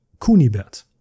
Kunibert